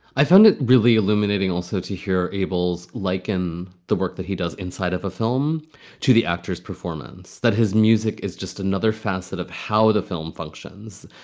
i found it really illuminating also to hear abels likened the work that he does inside of a film to the actor's performance, that his music is just another facet of how the film functions.